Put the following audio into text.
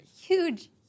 Huge